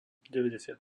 deväťdesiat